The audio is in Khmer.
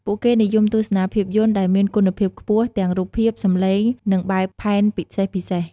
ពួកគេនិយមទស្សនាភាពយន្តដែលមានគុណភាពខ្ពស់ ទាំងរូបភាព សំឡេង និងបែបផែនពិសេសៗ។